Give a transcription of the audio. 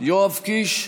יואב קיש,